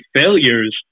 failures